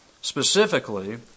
Specifically